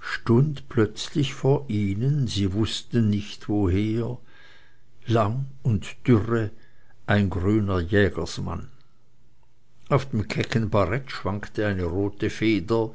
stund plötzlich vor ihnen sie wußten nicht woher lang und dürre ein grüner jägersmann auf dem kecken barett schwankte eine rote feder